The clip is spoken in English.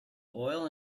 oil